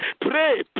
pray